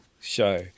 show